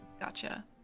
Gotcha